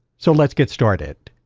so let's get started.